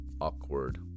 Awkward